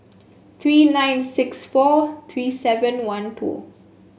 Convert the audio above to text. three nine six four three seven one two